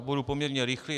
Budu poměrně rychlý.